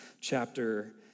chapter